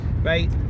Right